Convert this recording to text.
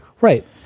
Right